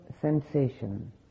sensation